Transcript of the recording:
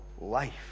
life